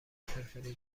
فرفری